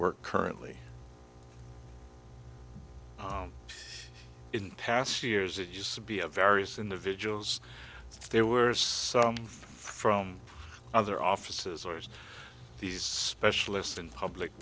work currently in past years it used to be of various individuals there were some from other offices or as these specialists in public